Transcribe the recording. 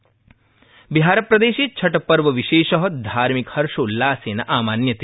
छठपर्व बिहारप्रदेशे छठपर्वविशेष धार्मिक हर्षोल्लासेन आमान्यते